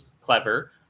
clever